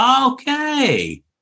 Okay